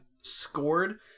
scored